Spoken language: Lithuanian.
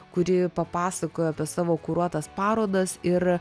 kuri papasakojo apie savo kuruotas parodas ir